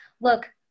look